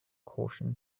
caution